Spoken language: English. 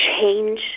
change